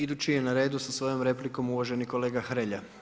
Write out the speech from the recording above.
Idući je na redu sa svojom replikom uvaženi kolega Hrelja.